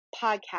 Podcast